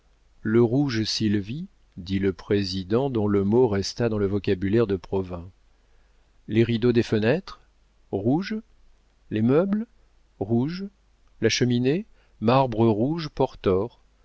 rouge sylvie dit le président dont le mot resta dans le vocabulaire de provins les rideaux des fenêtres rouges les meubles rouges la cheminée marbre rouge portor